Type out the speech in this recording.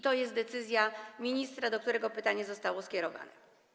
To jest decyzja ministra, do którego pytanie zostało skierowane.